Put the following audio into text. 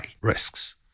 risks